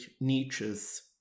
Nietzsche's